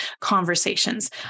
conversations